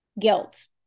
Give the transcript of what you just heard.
Guilt